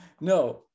No